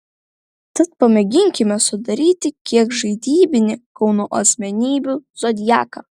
tad pamėginkime sudaryti kiek žaidybinį kauno asmenybių zodiaką